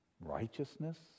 righteousness